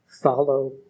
Follow